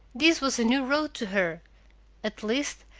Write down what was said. this was a new road to her at least,